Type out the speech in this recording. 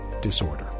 disorder